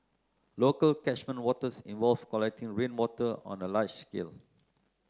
local catchment waters involve collecting rainwater on a large scale